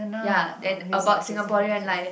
ya and about Singaporean life